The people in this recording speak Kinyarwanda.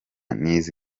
n’izi